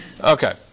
Okay